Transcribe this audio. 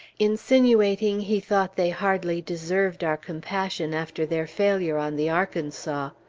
insinuating he thought they hardly deserved our compassion after their failure on the arkansas.